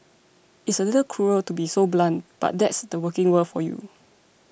it's a little cruel to be so blunt but that's the working world for you